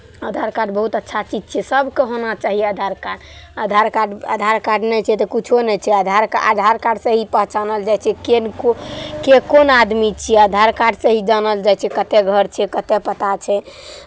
आधार कार्ड बहुत अच्छा चीज छियै सभकेँ होना चाही Aadhaar card Aadhaar card Aadhaar card नहि छै तऽ किछो नहि छै आधार कार्ड आधार कार्डसँ ही पहचानल जाइ छै केहन कोइ के कोन आदमी छियै आधार कार्डसँ ही जानल जाइ छै कतय घर छै कतय पता छै